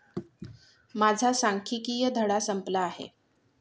माझा सांख्यिकीय धडा संपला आहे